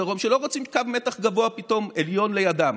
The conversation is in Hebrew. בדרום שלא רוצים קו מתח גבוה עליון פתאום לידם,